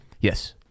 Yes